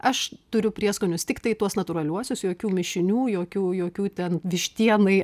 aš turiu prieskonius tiktai tuos natūraliuosius jokių mišinių jokių jokių ten vištienai